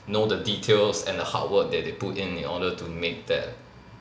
know the details and the hard work that they put in in order to make that